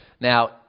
Now